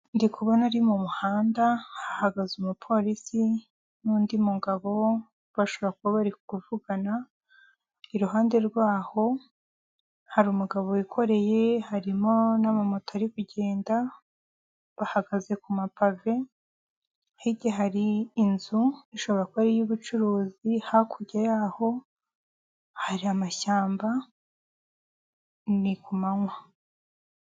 Ndikubona ari mu muhanda hahagaze umupolisi n'undi mugabo bashobora kuba bari kuvugana, iruhande rw'aho hari umugabo wikoreye harimo n'amamoto ari kugenda, bahagaze ku mapave, hirya hari inzu ishobora kuba ari iy'ubucuruzi, hakurya y'aho hari amashyamba ni kumanywa.